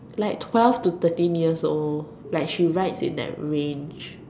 like twelve to thirteen years old like she writes in that range